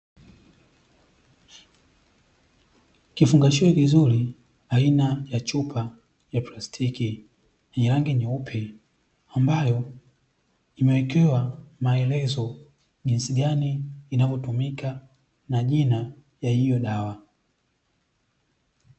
Kifungashio kizuri aina ya chupa ya plastiki yenye rangi nyeupe ambayo imewekewa maelezo jinsi gani inavyotumika na jina la hiyo dawa.